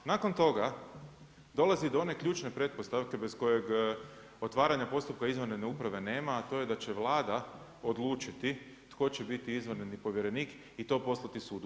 Nakon toga dolazi do one ključne pretpostavke bez kojeg otvaranja postupka izvanredne uprave nema, a to je da će Vlada odlučiti tko će biti izvanredni povjerenik i to poslati sudu.